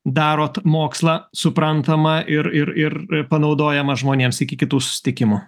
darot mokslą suprantamą ir ir ir panaudojamą žmonėms iki kitų susitikimų